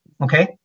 okay